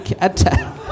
attack